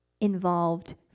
involved